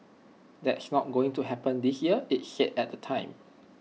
that's not going to happen this year IT said at the time